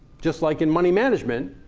just like in money management.